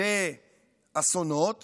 באסונות